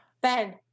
ben